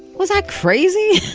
was i crazy?